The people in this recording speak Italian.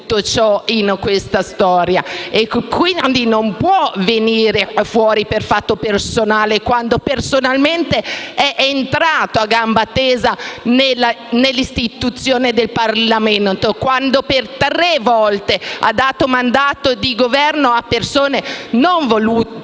con un intervento per fatto personale quando personalmente è entrato a gamba tesa nell'istituzione del Parlamento, quando per tre volte ha dato mandato di Governo a persone non volute